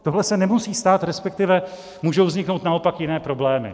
Tohle se nemusí stát, resp. můžou vzniknout naopak jiné problémy.